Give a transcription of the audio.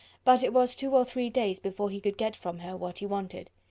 but it was two or three days before he could get from her what he wanted.